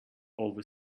over